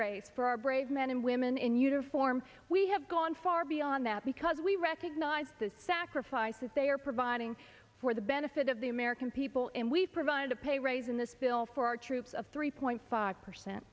raise for our brave men and women in uniform we have gone far beyond that because we recognize the sacrifices they are providing for the benefit of the american people and we provide a pay raise in this bill for our troops of three point five percent